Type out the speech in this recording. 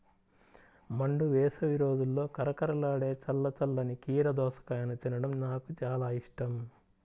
మండు వేసవి రోజుల్లో కరకరలాడే చల్ల చల్లని కీర దోసకాయను తినడం నాకు చాలా ఇష్టం